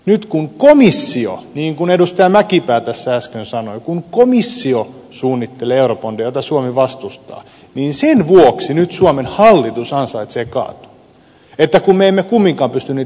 nyt kun komissio niin kuin edustaja mäkipää tässä äsken sanoi suunnittelee eurobondeja joita suomi vastustaa niin sen vuoksi nyt suomen hallitus ansaitsee kaatua kun me emme kumminkaan pysty niitä vastustamaan